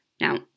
Now